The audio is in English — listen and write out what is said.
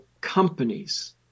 companies